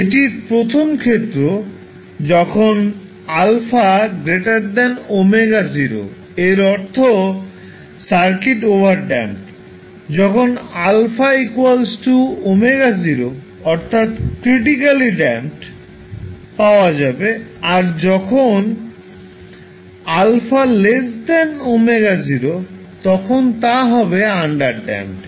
এটির প্রথম ক্ষেত্র যখন α ω0 এর অর্থ সার্কিট ওভারড্যাম্পড যখন α ω0 অর্থাৎ ক্রিটিকালি ড্যাম্পড পাওয়া যাবে আর যখন হবে α ω0 তখন তা হবে আন্ডারড্যাম্পড